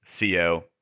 co